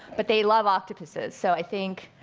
but they love octopuses, so i think,